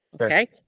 okay